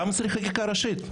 למה צריך חקיקה ראשית?